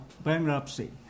bankruptcy